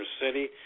city